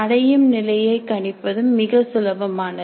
அடையும் நிலையை கணிப்பதும் மிகச் சுலபமானது